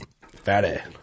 Fatty